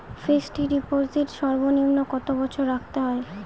Fixed deposit সর্বনিম্ন কত বছর রাখতে হয়?